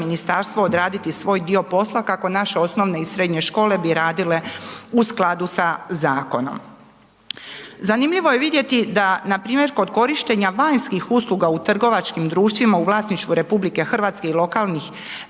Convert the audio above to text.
ministarstvo odraditi svoj dio posla, kako naše osnovne i srednje škole bi radile u skladu sa zakonom. Zanimljivo je vidjeti da npr. kod korištenja vanjskih usluga u trgovačkim dru5tšvima, u vlasništvu RH, i lokalnih